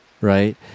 right